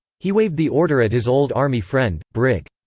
he waved the order at his old army friend, brig.